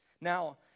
Now